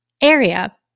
area